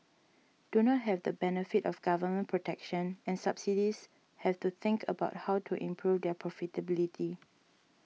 do not have the benefit of government protection and subsidies have to think about how to improve their profitability